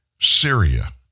Syria